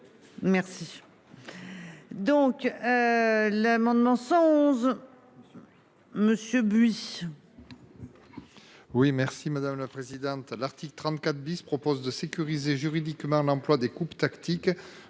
Merci. Donc. L'amendement 111. Monsieur bus. Voilà. Oui merci madame la présidente à l'article 34 10 propose de sécuriser juridiquement l'emploi des coupes tactique